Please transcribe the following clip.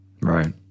right